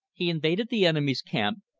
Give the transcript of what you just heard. he invaded the enemy's camp,